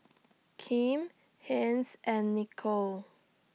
Kim Hence and Nicolle